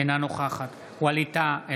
אינה נוכחת ווליד טאהא,